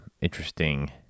interesting